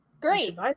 Great